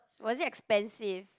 was it expensive